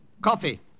coffee